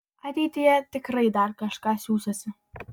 ateityje tikrai dar kažką siųsiuosi